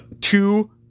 two